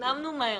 הפנמנו מהר.